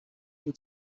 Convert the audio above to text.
from